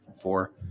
four